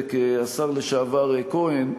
ובצדק השר לשעבר כהן,